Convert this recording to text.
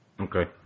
Okay